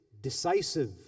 decisive